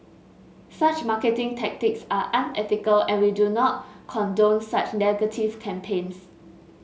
such marketing tactics are unethical and we do not condone such negative campaigns